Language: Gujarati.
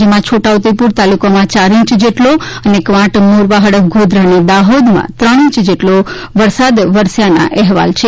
જેમાં છોટાઉદેપુર તાલુકામાં ચાર ઇંચ જેટલો અને કવાંટ મોરવા હડફ ગોધરા અને દાહોદ ત્રણ ઇંચથી વધુ વરસાદ વરસ્યો હોવાના અહેવાલો છે